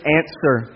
answer